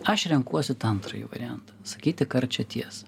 aš renkuosi antrąjį variantą sakyti karčią tiesą